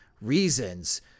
reasons